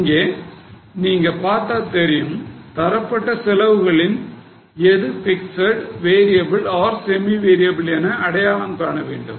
இங்க நீங்க பார்த்தா தெரியும் தரப்பட்ட செலவுகளில் எது fixed variable or semi variable என அடையாளம் காண வேண்டும்